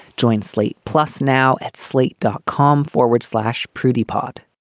joint slate plus now at slate, dot com forward slash prudy pod